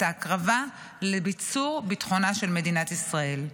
את הקרבה לביצור ביטחונה של מדינת ישראל.